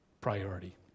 Priority